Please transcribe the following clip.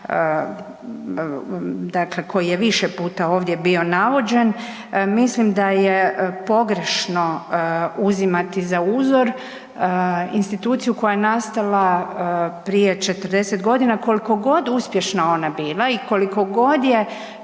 koji je više puta ovdje bio navođen, mislim da je pogrešno uzimati za uzor instituciju koja je nastala prije 40 godina koliko god ona uspješna bila i koliko god je